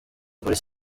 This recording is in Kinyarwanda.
police